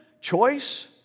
choice